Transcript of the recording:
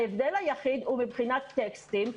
ההבדל היחיד הוא מבחינת טקסטים,